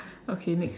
okay next